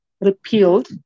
repealed